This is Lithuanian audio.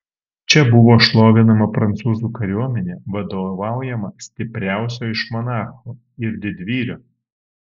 čia buvo šlovinama prancūzų kariuomenė vadovaujama stipriausio iš monarchų ir didvyrio